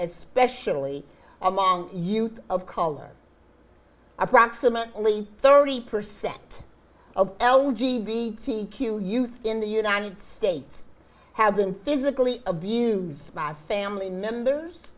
especially among youth of color approximately thirty percent of l g b t q youth in the united states have been physically abused by family members